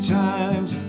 times